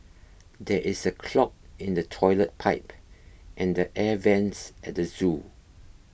there is a clog in the Toilet Pipe and the Air Vents at the zoo